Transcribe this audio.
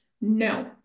No